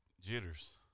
Jitters